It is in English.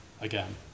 again